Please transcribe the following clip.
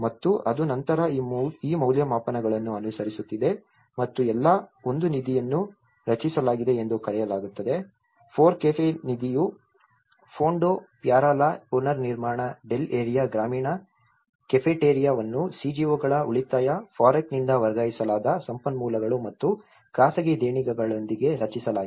ಮತ್ತು ಅದು ನಂತರ ಈ ಮೌಲ್ಯಮಾಪನಗಳನ್ನು ಅನುಸರಿಸುತ್ತಿದೆ ಮತ್ತು ಎಲ್ಲಾ ಒಂದು ನಿಧಿಯನ್ನು ರಚಿಸಲಾಗಿದೆ ಎಂದು ಕರೆಯಲಾಗುತ್ತದೆ FORECAFE ನಿಧಿಯು Fondo ಪ್ಯಾರಾ ಲಾ ಪುನರ್ನಿರ್ಮಾಣ ಡೆಲ್ ಏರಿಯಾ ಗ್ರಾಮೀಣ ಕೆಫೆಟೆರಾವನ್ನು CGO ಗಳ ಉಳಿತಾಯ FOREC ನಿಂದ ವರ್ಗಾಯಿಸಲಾದ ಸಂಪನ್ಮೂಲಗಳು ಮತ್ತು ಖಾಸಗಿ ದೇಣಿಗೆಗಳೊಂದಿಗೆ ರಚಿಸಲಾಗಿದೆ